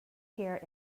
here